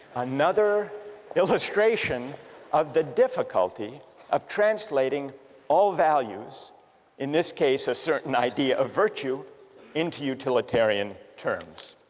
another illustration of the difficulty of translating all values in this case a certain idea of virtue into utilitarian terms